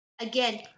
Again